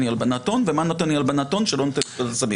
לי הלבנת הון ומה נותן לי הלבנת הון שלא נותנת לי פקודת הסמים.